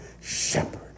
shepherd